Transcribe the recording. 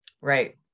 Right